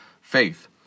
faith